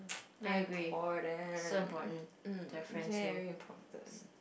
very important mm very important